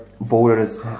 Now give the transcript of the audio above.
voters